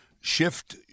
shift